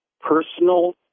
Personal